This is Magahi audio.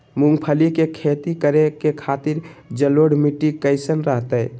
मूंगफली के खेती करें के खातिर जलोढ़ मिट्टी कईसन रहतय?